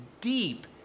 deep